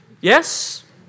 Yes